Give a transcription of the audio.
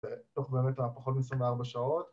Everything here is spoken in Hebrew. ‫בתוך באמת פחות מ-24 שעות.